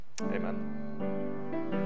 Amen